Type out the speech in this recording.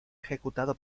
ejecutado